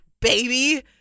baby